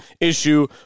issue